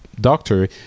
doctor